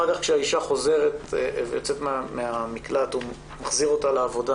כשהאישה יוצאת מהמקלט הוא מחזיר אותה לעבודה